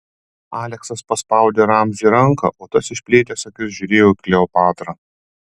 aleksas paspaudė ramziui ranką o tas išplėtęs akis žiūrėjo į kleopatrą